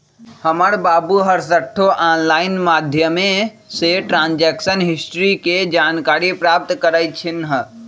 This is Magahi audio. हमर बाबू हरसठ्ठो ऑनलाइन माध्यमें से ट्रांजैक्शन हिस्ट्री के जानकारी प्राप्त करइ छिन्ह